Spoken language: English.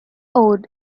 owed